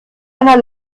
einer